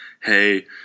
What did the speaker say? hey